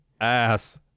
ass